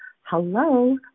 hello